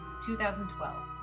2012